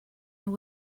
know